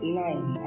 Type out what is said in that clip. nine